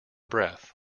breath